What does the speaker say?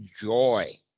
joy